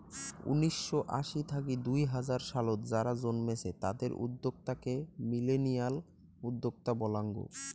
উনিসশো আশি থাকি দুই হাজার সালত যারা জন্মেছে তাদের উদ্যোক্তা কে মিলেনিয়াল উদ্যোক্তা বলাঙ্গ